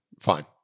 fine